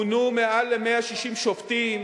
מונו מעל 160 שופטים,